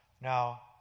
Now